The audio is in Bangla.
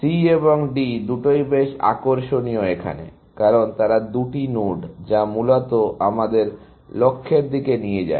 C এবং D দুটোই বেশ আকর্ষণীয় এখানে কারণ তারা দুটি নোড যা মূলত আমাদের লক্ষ্যের দিকে নিয়ে যায়